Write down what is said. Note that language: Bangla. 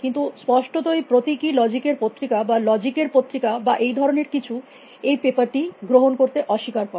কিন্তু স্পষ্টতই প্রতীকী লজিক এর পত্রিকা বা লজিক এর পত্রিকা বা এই ধরনের কিছু এই পেপার টি গ্রহণ করতে অস্বীকার করে